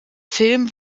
film